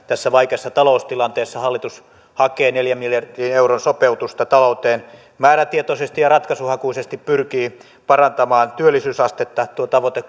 tässä vaikeassa taloustilanteessa hallitus hakee neljän miljardin euron sopeutusta talouteen määrätietoisesti ja ratkaisuhakuisesti pyrkii parantamaan työllisyysastetta tuo tavoite